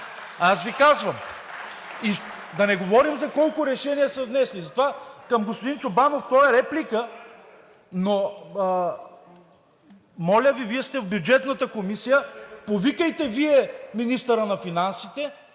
Аз Ви казвам. Да не говорим колко решения са внесени. И затова към господин Чобанов, то е реплика, но моля Ви, Вие сте в Бюджетната комисия, повикайте Вие министъра на финансите